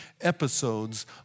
episodes